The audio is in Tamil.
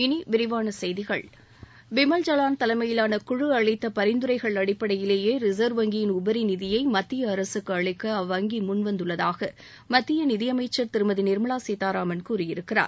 இனி விரிவான செய்திகள் பிமல் ஜவான் தலைமையிவான குழு அளித்த பரிந்துரைகள் அடிப்படையிலேயே ரிசர்வ் வங்கியின் உபரி நிதியை மத்திய அரசுக்கு அளிக்க அவ்வங்கி முன்வந்துள்ளதாக மத்திய நிதியமைச்சர் திருமதி நிர்மலா சீத்தாராமன் கூறியிருக்கிறார்